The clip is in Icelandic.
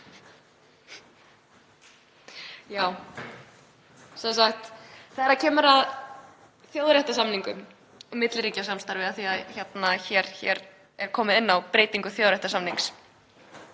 Þegar kemur að þjóðréttarsamningum og milliríkjasamstarfi, af því að hér er komið inn á breytingu þjóðréttarsamnings,